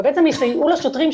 ובעצם יסייעו לשוטרים,